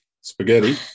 spaghetti